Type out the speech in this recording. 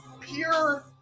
pure